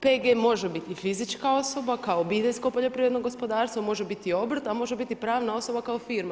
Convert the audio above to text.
PG može biti i fizička osoba kao obiteljsko poljoprivredno gospodarstvo, može biti i obrt a može biti i pravna osoba kao firma.